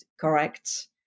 correct